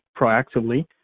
proactively